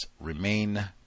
remain